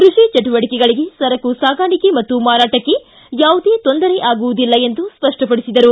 ಕೃಷಿ ಚಟುವಟಿಕೆಗಳಿಗೆ ಸರಕು ಸಾಗಣಿಕೆ ಮತ್ತು ಮಾರಾಟಕ್ಕೆ ಯಾವುದೇ ತೊಂದರೆ ಆಗುವುದಿಲ್ಲ ಎಂದು ಸ್ಪಷ್ಟಪಡಿಸಿದರು